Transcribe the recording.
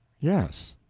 yes.